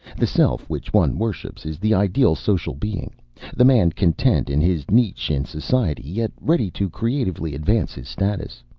the self which one worships is the ideal social being the man content in his niche in society, yet ready to creatively advance his status.